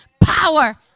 power